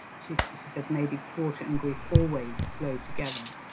she says maybe water and grief always flow together.